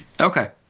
Okay